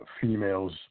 females